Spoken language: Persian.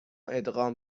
ادغام